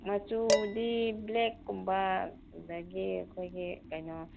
ꯃꯆꯨꯗꯤ ꯕ꯭ꯂꯦꯛ ꯀꯨꯝꯕ ꯑꯗꯒꯤ ꯑꯩꯈꯣꯏꯒꯤ ꯀꯩꯅꯣ